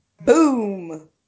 boom